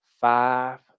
five